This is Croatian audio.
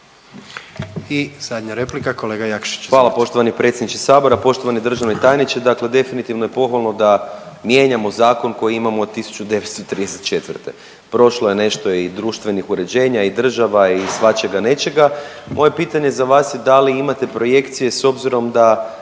**Jakšić, Mišel (SDP)** Hvala poštovani predsjedniče Sabora, poštovani državni tajniče. Dakle definitivno je pohvalno da mijenjamo zakon koji imamo od 1934., prošlo je nešto i društvenih uređenja i država i svačega nečega, moje pitanje za vas je da li imate projekcije s obzirom da